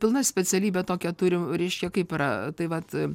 pilna specialybė tokią turiu reiškia kaip yra tai vat